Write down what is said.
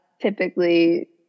typically